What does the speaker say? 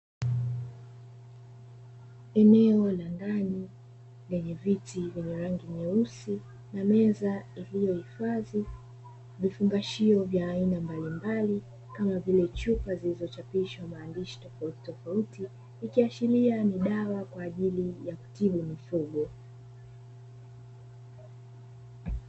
Eneo la ndani lenye viti vyenye rangi nyeusi na meza iliyohifadhi vifungashio vya aina mbalimbali, kama vile chupa zilizochapishwa maandishi tofautitofauti ikiashiria ni dawa kwa ajili ya kutibu mifugo.